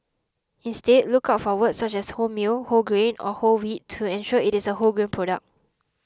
instead look out for words such as wholemeal whole grain or whole wheat to ensure it is a wholegrain product